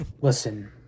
Listen